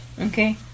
Okay